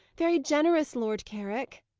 very generous, lord carrick,